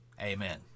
Amen